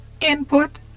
Input